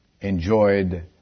enjoyed